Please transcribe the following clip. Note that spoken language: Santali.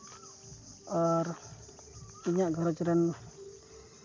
ᱟᱨ ᱤᱧᱟᱹᱜ ᱜᱷᱟᱨᱚᱸᱡᱽ ᱨᱮᱱ